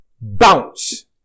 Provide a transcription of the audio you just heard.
bounce